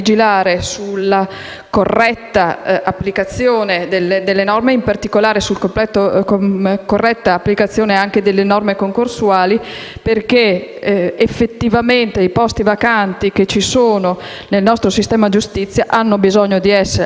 applicazione delle norme e, in particolare, sulla corretta applicazione delle norme concorsuali, perché effettivamente i posti vacanti che ci sono nel nostro sistema giustizia hanno bisogno di essere al più presto coperti.